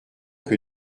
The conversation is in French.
que